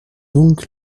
donc